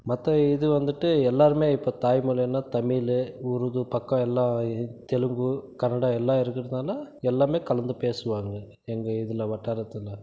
மற்ற இது வந்துட்டு எல்லோருமே இப்போ தாய்மொழினா தமிழ் உருது பக்கம் எல்லா தெலுங்கு கன்னடம் எல்லாம் இருக்கிறதால எல்லாமே கலந்து பேசுவாங்க எங்கள் இதில் வட்டாரத்தில்